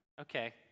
Okay